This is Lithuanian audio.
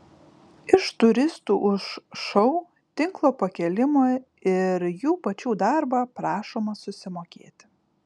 iš turistų už šou tinklo pakėlimą ir jų pačių darbą prašoma susimokėti